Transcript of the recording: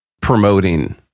promoting